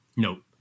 Nope